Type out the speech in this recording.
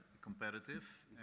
competitive